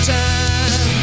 time